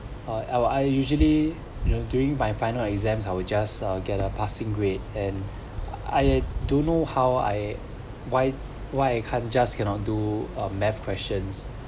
uh l I usually during my final exams I will just uh get a passing grade and I don't know how I why why I can't just cannot do A math questions